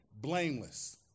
blameless